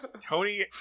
Tony